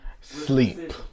sleep